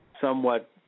somewhat